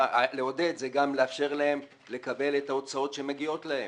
לעודד זה גם לאפשר להם לקבל את ההוצאות שמגיעות להם.